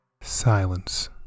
Silence